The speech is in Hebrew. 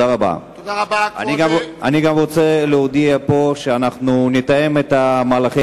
אני גם רוצה להודיע פה שאנו נתאם את מהלכי